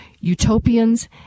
utopians